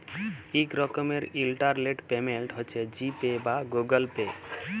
ইক রকমের ইলটারলেট পেমেল্ট হছে জি পে বা গুগল পে